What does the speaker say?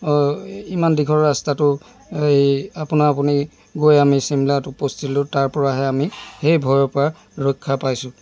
ইমান দীঘল ৰাস্তাটো এই আপোনা আপুনি গৈ আমি চিমলাত উপস্থিত হ'লোঁ তাৰপৰাহে আমি সেই ভয়ৰপৰা ৰক্ষা পাইছোঁ